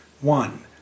One